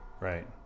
right